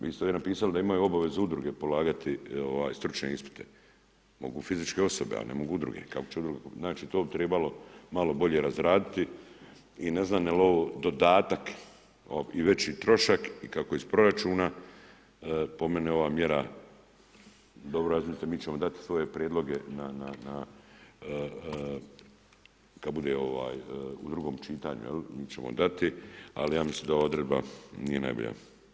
Vi ste ovdje napisali da imaju obavezu udruge polagati stručne ispite, mogu fizičke osobe, ali ne mogu udruge, znači to bi trebalo malo bolje razraditi i ne znam jel ovo dodatak i veći trošak i kako iz proračuna po meni ova mjera, dobro razmislite, mi ćemo dati svoje prijedloge kad bude u drugom čitanju jel, mi ćemo dati, ali ja mislim da ova odredba nije najbolja.